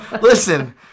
listen